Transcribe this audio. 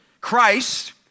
Christ